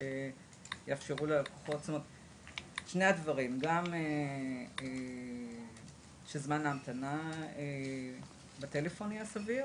שני הדברים: גם שזמן ההמתנה בטלפון יהיה סביר